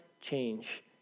change